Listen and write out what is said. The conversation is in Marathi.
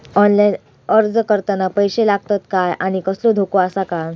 ऑनलाइन अर्ज करताना पैशे लागतत काय आनी कसलो धोको आसा काय?